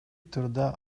турда